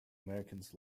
americans